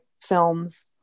films